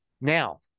Now